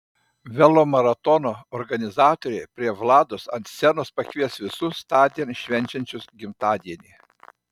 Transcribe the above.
velomaratono organizatoriai prie vlados ant scenos pakvies visus tądien švenčiančius gimtadienį